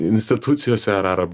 institucijose ar ar